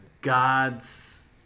God's